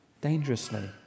dangerously